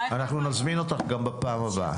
אנחנו נזמין אותך גם בפעם הבאה.